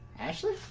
ashley?